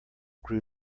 grew